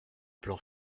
plan